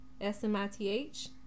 S-M-I-T-H